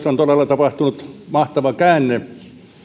on todella tapahtunut mahtava käänne